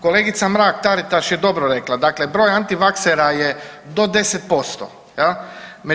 Kolegica Mrak-Taritaš je dobro rekla, dakle broj antivaksera je do 10%, je li?